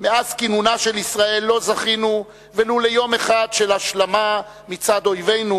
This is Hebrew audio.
מאז כינונה של ישראל לא זכינו ולו ליום אחד של השלמה מצד אויבינו,